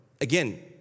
again